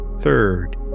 Third